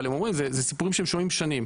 אבל הם אומרים אלו סיפורים שהם שומעים שנים.